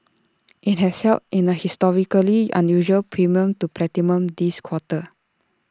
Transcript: IT has held in A historically unusual premium to platinum this quarter